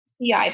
CI